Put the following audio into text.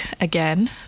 again